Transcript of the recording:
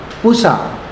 Pusa